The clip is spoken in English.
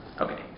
Okay